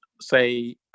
say